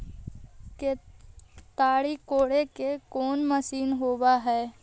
केताड़ी कोड़े के कोन मशीन होब हइ?